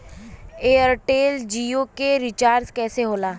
Airtel Jio के recharge कैसे होला?